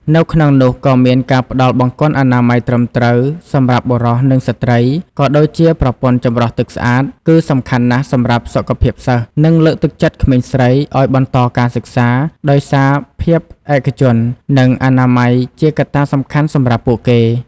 នៅក្នុងនោះក៏មានការផ្តល់បង្គន់អនាម័យត្រឹមត្រូវ សម្រាប់បុរស និងស្ត្រី ក៏ដូចជាប្រព័ន្ធចម្រោះទឹកស្អាត គឺសំខាន់ណាស់សម្រាប់សុខភាពសិស្ស និងលើកទឹកចិត្តក្មេងស្រីឱ្យបន្តការសិក្សា ដោយសារភាពឯកជន និងអនាម័យជាកត្តាសំខាន់សម្រាប់ពួកគេ។